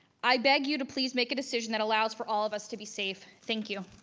i beg you to please make a decision that allows for all of us to be safe. thank you.